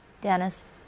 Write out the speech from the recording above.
Dennis